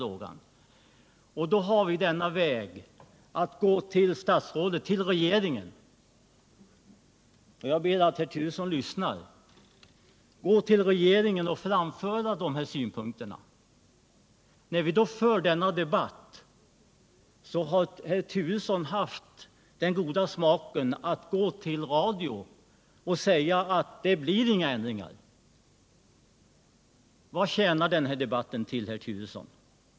Vi har då möjligheten att gå till regeringen — och här ber jag att statsrådet Turesson lyssnar! — och framföra dessa synpunkter från allmänheten. Men under tiden som vi i dag fört denna debatt har herr Turesson haft den goda smaken att meddela i radion att det inte blir några ändringar. Vad tjänar då denna debatt till, herr Turesson?